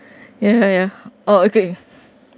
ya ya oh okay